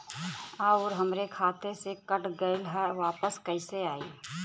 आऊर हमरे खाते से कट गैल ह वापस कैसे आई?